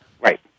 Right